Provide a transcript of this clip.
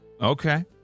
Okay